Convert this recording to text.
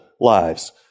lives